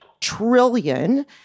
trillion